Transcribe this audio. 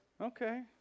Okay